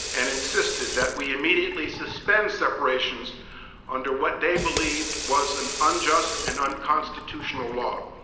and insisted that we immediately suspend separations under what they believed was an unjust and unconstitutional law.